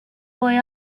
boy